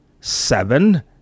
Seven